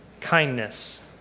kindness